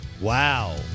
Wow